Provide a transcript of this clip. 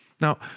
Now